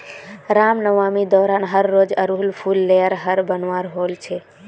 रामनवामी दौरान हर रोज़ आर हुल फूल लेयर हर बनवार होच छे